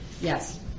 yes